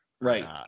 Right